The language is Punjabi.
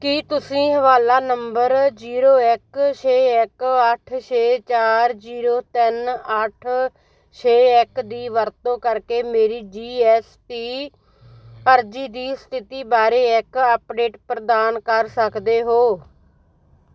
ਕੀ ਤੁਸੀਂ ਹਵਾਲਾ ਨੰਬਰ ਜੀਰੋ ਇੱਕ ਛੇ ਇੱਕ ਅੱਠ ਛੇ ਚਾਰ ਜੀਰੋ ਤਿੰਨ ਅੱਠ ਛੇ ਇੱਕ ਦੀ ਵਰਤੋਂ ਕਰਕੇ ਮੇਰੀ ਜੀਐੱਸਟੀ ਅਰਜ਼ੀ ਦੀ ਸਥਿਤੀ ਬਾਰੇ ਇੱਕ ਅਪਡੇਟ ਪ੍ਰਦਾਨ ਕਰ ਸਕਦੇ ਹੋ